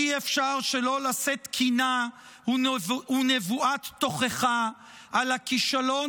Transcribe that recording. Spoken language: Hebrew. אי-אפשר שלא לשאת קינה ונבואת תוכחה על הכישלון